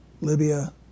Libya